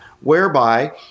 whereby